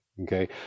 Okay